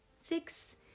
Six